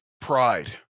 pride